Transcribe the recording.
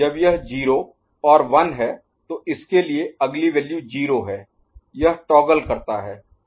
जब यह 0 और 1 है तो इसके लिए अगली वैल्यू 0 है यह टॉगल करता है